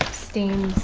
ah stains